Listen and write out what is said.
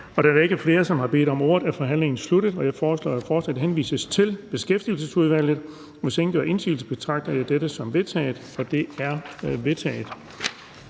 Da der ikke er flere, som har bedt om ordet, er forhandlingen sluttet. Jeg foreslår, at forslaget henvises til Beskæftigelsesudvalget. Hvis ingen gør indsigelse, betragter jeg dette som vedtaget. Det er vedtaget.